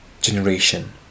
generation